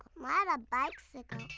not a bicycle.